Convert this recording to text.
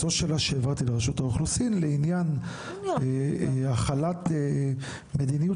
זאת שאלה שהעברתי לרשות האוכלוסין לעניין החלת מדיניות